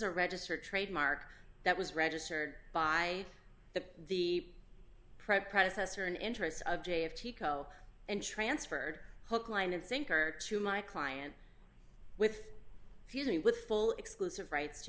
a registered trademark that was registered by the the prep predecessor in interests of j of teco and transferred hook line and sinker to my client with fusing with full exclusive rights to